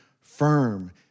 firm